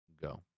go